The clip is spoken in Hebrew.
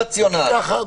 ככה.